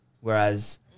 whereas